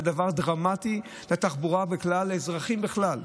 היא דבר דרמטי לתחבורה בפרט ולאזרחים בכלל,